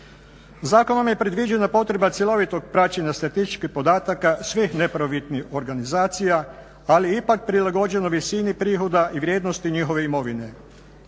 Zakonom je predviđeno potrebna cjelovitog praćenja statističkih podataka svih neprofitnih organizacija, ali ipak prilagođeno visini prihoda i vrijednosti njihove imovine.